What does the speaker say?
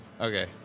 okay